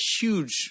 huge